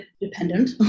dependent